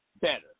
better